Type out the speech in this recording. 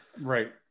right